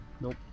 Nope